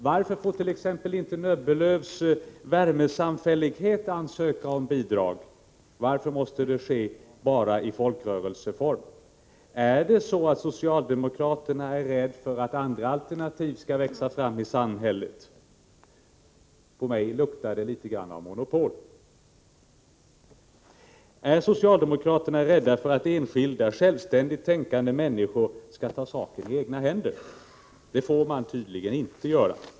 Varför får t.ex. inte Nöbbelövs värmesamfällighet ansöka om bidrag; varför måste det bara ske i folkrörelseform? Är socialdemokraterna rädda för att andra alternativ skall växa fram i samhället? Jag tycker det luktar litet grand av monopol. Är socialdemokraterna rädda för att enskilda, självständigt tänkande människor skall ta saken i egna händer? Det får man tydligen inte göra.